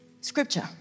Scripture